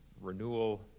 renewal